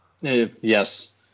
Yes